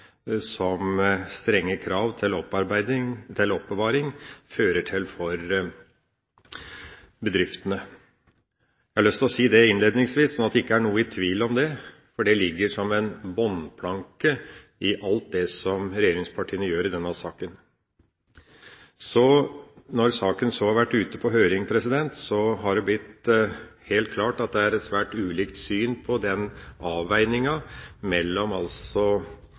som strenge krav til oppbevaring fører til for bedriftene. Jeg har lyst til å si det innledningsvis, så det ikke er noen tvil om det. Det ligger som en bunnplanke i alt det som regjeringspartiene gjør i denne saken. Når saken så har vært ute på høring, har det blitt helt klart at det er et svært ulikt syn på avveiningen mellom